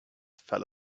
fell